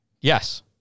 Yes